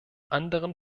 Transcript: anderen